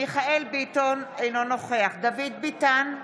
מיכאל מרדכי ביטון, אינו נוכח דוד ביטן,